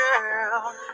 girl